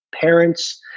parents